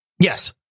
Yes